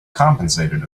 compensated